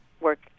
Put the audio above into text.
work